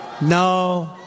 No